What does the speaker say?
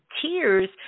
tears